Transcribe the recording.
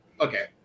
okay